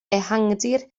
ehangdir